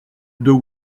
deux